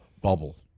bubble